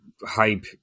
hype